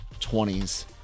20s